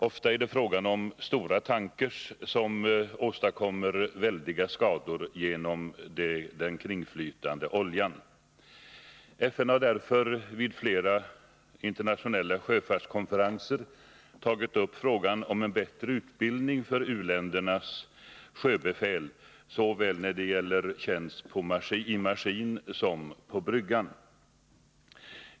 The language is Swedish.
Ofta är det fråga om stora tankfartyg som åstadkommer väldiga skador genom den kringflytande oljan. FN har därför vid flera internationella sjöfartskonferenser tagit upp frågan om bättre utbildning för u-ländernas sjöbefäl när det gäller tjänst såväl i maskin som på bryggan.